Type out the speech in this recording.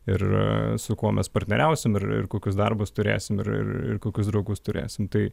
ir su kuo mes partneriausim ir ir kokius darbus turėsim ir ir kokius draugus turėsim tai